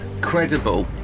credible